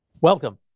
Welcome